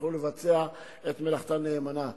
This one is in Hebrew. שיוכלו לבצע את מלאכתם נאמנה.